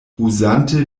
uzante